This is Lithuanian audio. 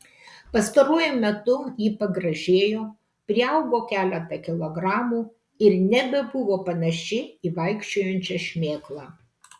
pastaruoju metu ji pagražėjo priaugo keletą kilogramų ir nebebuvo panaši į vaikščiojančią šmėklą